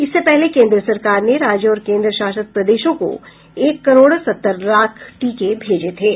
इससे पहले केन्द्र सरकार ने राज्यों और केन्द्रशासित प्रदेशों को एक करोड़ सत्तर लाख टीके भेजे थे